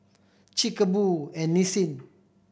Chic Boo and Nissin